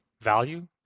value